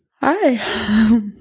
Hi